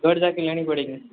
घर जाके लेनी पड़ेगी